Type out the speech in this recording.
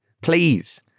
Please